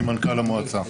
יוסף לוצ'י, מנכ"ל המועצה.